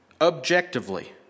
objectively